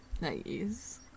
Nice